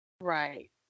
Right